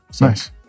Nice